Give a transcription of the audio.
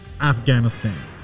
Afghanistan